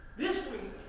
this week,